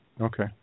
Okay